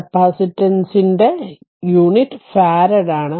കപ്പാസിറ്റൻസിന്റെ unit farad ആണ്